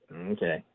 Okay